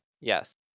Yes